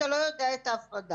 אתה לא יודע את ההפרדה.